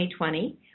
2020